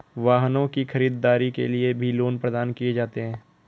वाहनों की खरीददारी के लिये भी लोन प्रदान किये जाते हैं